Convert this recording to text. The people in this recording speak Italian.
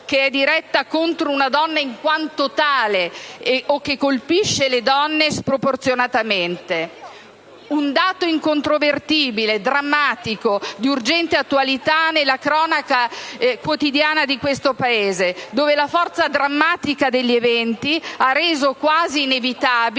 che è diretta contro una donna in quanto tale o che colpisce le donne sproporzionatamente. È un dato incontrovertibile, tragico e di urgente attualità nella cronaca quotidiana del nostro Paese, dove la forza drammatica degli eventi ha reso quasi inevitabile